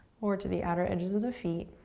or to the outer edges of the feet.